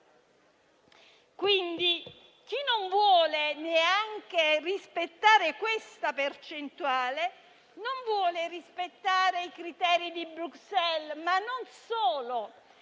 cento. Chi non vuole rispettare neanche questa percentuale non vuole rispettare i criteri di Bruxelles, ma non solo.